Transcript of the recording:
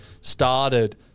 started